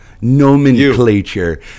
nomenclature